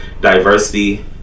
diversity